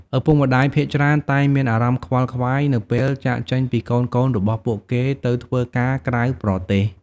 ឪពុកម្ដាយភាគច្រើនតែងមានអារម្មណ៍ខ្វល់ខ្វាយ នៅពេលចាកចេញពីកូនៗរបស់ពួកគេទៅធ្វើការក្រៅប្រទេស។